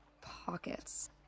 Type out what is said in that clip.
pockets